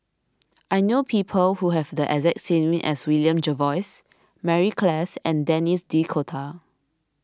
I know people who have the exact name as William Jervois Mary Klass and Denis D'Cotta